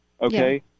okay